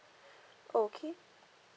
okay